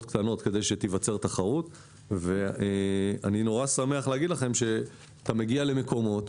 קטנות כדי שתיווצר תחרות ואני מאוד שמח לומר לכם שאתה מגיע למקומות